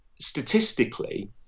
statistically